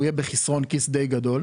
אותו מבוטח יהיה בחסרון כיס די גדול.